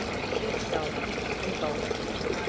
she sobbed convulsively,